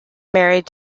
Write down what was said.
married